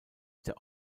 der